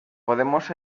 podemos